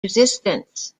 resistance